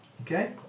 Okay